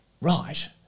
Right